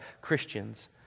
Christians